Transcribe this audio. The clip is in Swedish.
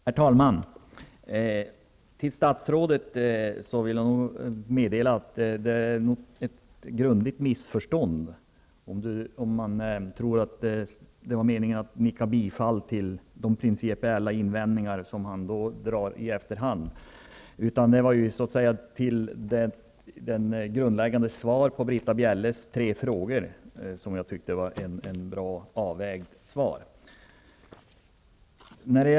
Herr talman! Till statsrådet vill jag säga att det är ett grundligt missförstånd att jag nickade bifall till de principiella invändningar som han redovisar i efterhand. Det var det grundläggande svaret på Britta Bjelles tre frågor som jag tyckte var bra avvägt.